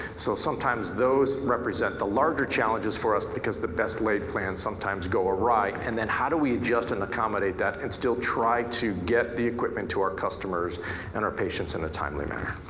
so sometimes those represent the larger challenges for us because the best laid plans sometimes go awry. and then how do we adust and accommodate that and still try to get the equipment to our customers and our patients in a timely manner?